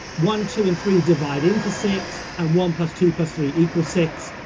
one, two, and three divide into six, and one plus two plus three equals six.